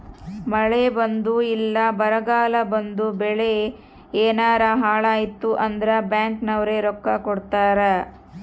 ಮಳೆ ಬಂದು ಇಲ್ಲ ಬರಗಾಲ ಬಂದು ಬೆಳೆ ಯೆನಾರ ಹಾಳಾಯ್ತು ಅಂದ್ರ ಬ್ಯಾಂಕ್ ನವ್ರು ರೊಕ್ಕ ಕೊಡ್ತಾರ